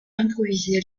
improvisés